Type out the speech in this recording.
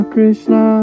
Krishna